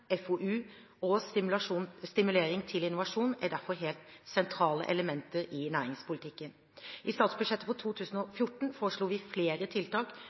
FoU og stimulering til innovasjon er derfor helt sentrale elementer i næringspolitikken. I statsbudsjettet for 2014 foreslo vi flere tiltak